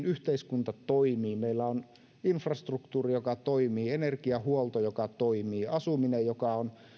yhteiskunta toimii meillä on infrastruktuuri joka toimii energiahuolto joka toimii asuminen joka on